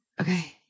okay